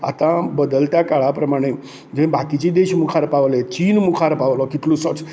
आतां बदलत्या काळा प्रमाणे जंय बाकिचे देश मुखार पावले चीन मुखार पावलो कितलोसोच